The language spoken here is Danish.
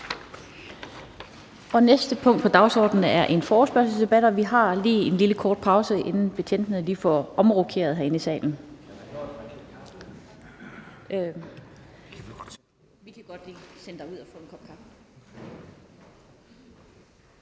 Det næste punkt på dagsordenen er en forespørgselsdebat, og vi har lige en lille kort pause, inden betjentene får omrokeret herinde i salen.